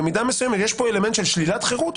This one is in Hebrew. במידה מסוימת יש פה אלמנט של שלילת חירות,